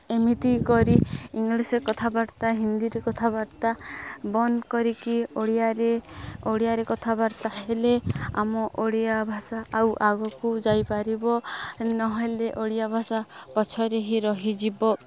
ଏମିତି କରି ଇଂଲିଶରେ କଥାବାର୍ତ୍ତା ହିନ୍ଦୀରେ କଥାବାର୍ତ୍ତା ବନ୍ଦ କରିକି ଓଡ଼ିଆରେ ଓଡ଼ିଆରେ କଥାବାର୍ତ୍ତା ହେଲେ ଆମ ଓଡ଼ିଆ ଭାଷା ଆଉ ଆଗକୁ ଯାଇପାରିବ ନହେଲେ ଓଡ଼ିଆ ଭାଷା ପଛରେ ହିଁ ରହିଯିବ